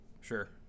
sure